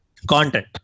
content